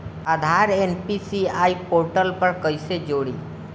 आधार NPCI portal पर कईसे जोड़ी?